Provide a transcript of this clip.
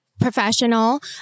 professional